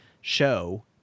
show